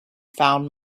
found